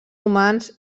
humans